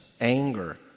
anger